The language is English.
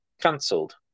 cancelled